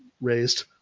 raised